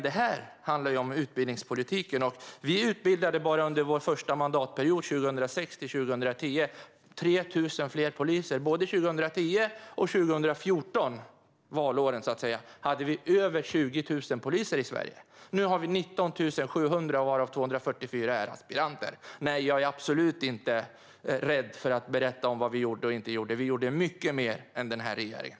Det här handlar om utbildningspolitiken. Bara under vår första mandatperiod 2006-2010 utbildade vi 3 000 fler poliser. Valåren 2010 och 2014 hade vi över 20 000 poliser i Sverige. Nu har vi 19 700, varav 244 är aspiranter. Nej, jag är absolut inte rädd för att berätta om vad vi gjorde och inte gjorde. Vi gjorde mycket mer än den här regeringen.